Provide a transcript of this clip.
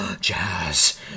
jazz